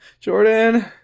Jordan